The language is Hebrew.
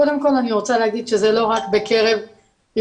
קודם כל אני רוצה להגיד שזה לא רק בקרב התעללות,